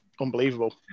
unbelievable